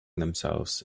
themselves